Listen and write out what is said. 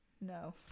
no